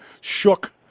shook